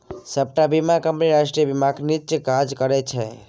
सबटा बीमा कंपनी राष्ट्रीय बीमाक नीच्चेँ काज करय छै